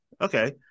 Okay